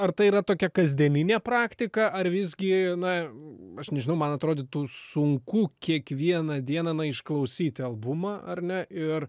ar tai yra tokia kasdieninė praktika ar visgi na aš nežinau man atrodytų sunku kiekvieną dieną na išklausyti albumą ar ne ir